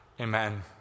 amen